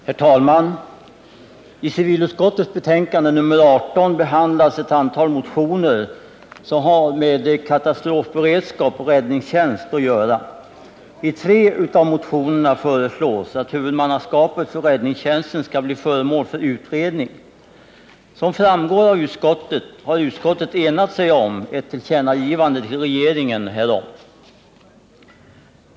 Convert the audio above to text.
Herr talman! I civilutskottets betänkande nr 18 behandlas ett antal motioner som har med katastrofberedskap och räddningstjänst att göra. I tre av motionerna föreslås att huvudmannaskapet för räddningstjänsten skall bli föremål för utredning. Som framgår av betänkandet har utskottet enat sig om ett tillkännagivande till regeringen härom.